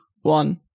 one